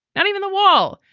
not even the wall,